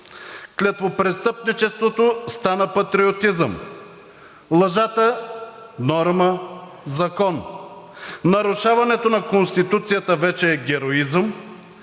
клетвопрестъпничеството стана патриотизъм, лъжата – норма, закон, нарушаването на Конституцията вече е героизъм,